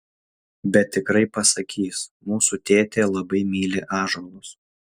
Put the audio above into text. bet tikrai pasakys mūsų tėtė labai myli ąžuolus